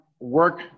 work